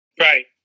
Right